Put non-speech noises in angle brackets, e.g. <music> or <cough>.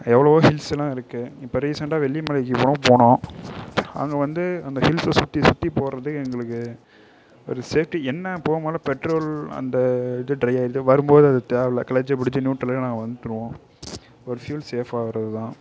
எவ்வளோவோ ஹில்ஸெலாம் இருக்குது இப்போ ரீசண்டாக வெள்ளி மலைக்கு கூடம் போனோம் அங்கே வந்து அந்த ஹில்ஸை சுற்றி சுற்றி போவது எங்களுக்கு ஒரு சேஃப்ட்டி என்ன போகும்போதுலான் பெட்ரோல் அந்த இது டிரையாயிடுது வரும் போது அது தேவை இல்லை கிளட்சை பிடிச்சு ந்யூட்ரல்ல <unintelligible> நாங்க வந்துருவோம் ஃப்யூயல் சேஃபாக இருக்கும்